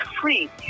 free